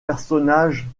personnage